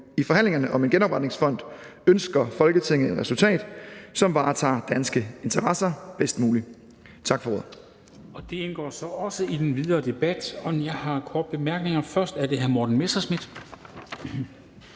I forhandlingerne om en genopretningsfond ønsker Folketinget et resultat, som varetager danske interesser bedst muligt.« (Forslag